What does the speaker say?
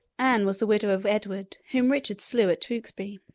anne was the widow of edward, whom richard slew at tewkesbury.